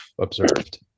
observed